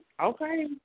Okay